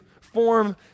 form